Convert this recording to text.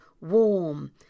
warm